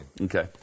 Okay